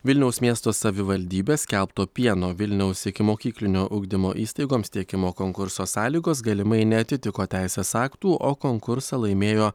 vilniaus miesto savivaldybės skelbto pieno vilniaus ikimokyklinio ugdymo įstaigoms tiekimo konkurso sąlygos galimai neatitiko teisės aktų o konkursą laimėjo